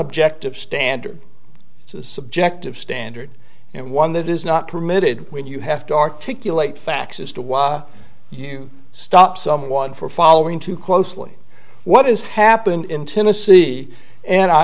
objective standard it's a subjective standard and one that is not permitted when you have to articulate facts as to why you stop someone for following too closely what is happening in tennessee and i